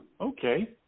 Okay